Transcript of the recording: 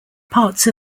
parts